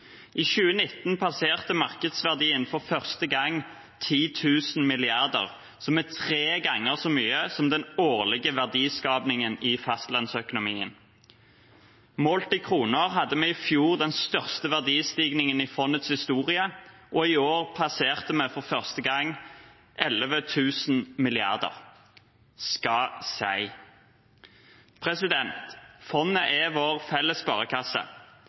I 2019 passerte markedsverdien for første gang 10 000 mrd. kr, noe som er tre ganger så mye som den årlige verdiskapingen i fastlandsøkonomien. Målt i kroner hadde vi i fjor den største verdistigningen i fondets historie, og i år passerte vi for første gang 11 000 mrd. kr. «Ska sei!» Fondet er vår felles